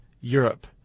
Europe